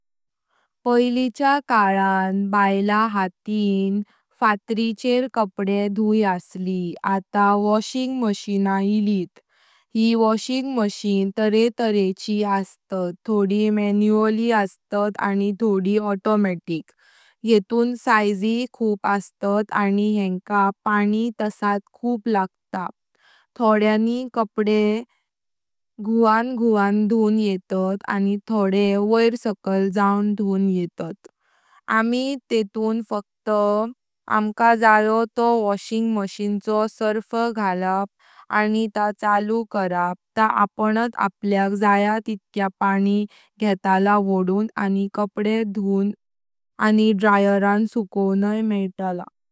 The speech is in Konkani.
पिलीचा काळान बैला हातिन फाटरी चेर कपडे धुई असलि आता वॉशिंग मशीन इलित। ही वॉशिंग मशीन तारे तारे ची अस्तात थोडी मॅन्युअली आनी थोडी ऑटोमॅटिक। येतून साइज खूप अस्तात आनी येनका पाणीय तसात खूप लागत। थोड्यानी कपडे घुवन घुवन धुन येतत आनी थोडे वोड़ सकाइल जाउन धुवन येतात। आमी तेतून फक्त अंका जायो तो वॉशिंग मशीन चो सर्फ घालप आनी ता चालु करप ता अपुनात अपल्याक जाया तितक्या पानि घेतला वोडून आनी कपडे धूण आनी ड्रायरान सुकणाय मेयतला।